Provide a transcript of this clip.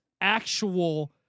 actual